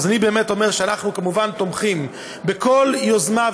אני אומר שאנחנו כמובן תומכים בכל יוזמה,